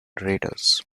raiders